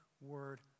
Word